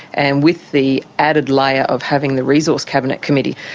and with the added layer of having the resource cabinet committee,